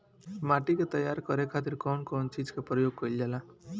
माटी के तैयार करे खातिर कउन कउन चीज के प्रयोग कइल जाला?